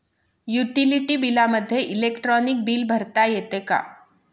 Utility बिलामध्ये electronic bill भरता येते का?